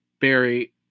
Barry